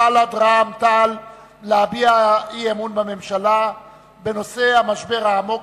בל"ד ורע"ם-תע"ל להביע אי-אמון בממשלה בנושא: המשבר העמוק